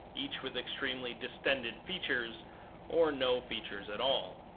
each with extremely distended features or no features at all,